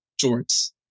shorts